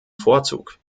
vorzug